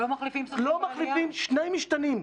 לא מחליפים --- לא מחליפים שני משתנים.